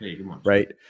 Right